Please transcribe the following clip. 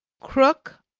krook,